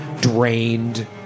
drained